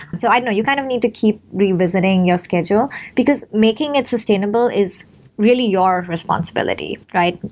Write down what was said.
so i know, you kind of need to keep revisiting your schedule, because making it sustainable is really your responsibility, right?